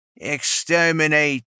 Exterminate